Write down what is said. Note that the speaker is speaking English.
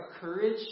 courage